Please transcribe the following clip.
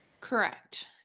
Correct